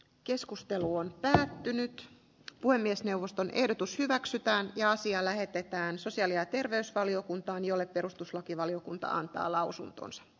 keskustelu on lähtenyt puhemiesneuvoston ehdotus hyväksytään ja asia lähetetään sosiaali ja terveysvaliokuntaan jolle perustuslakivaliokunta antaa lausuntonsa